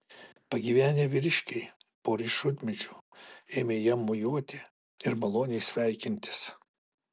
pagyvenę vyriškiai po riešutmedžiu ėmė jam mojuoti ir maloniai sveikintis